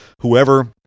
Whoever